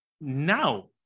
Now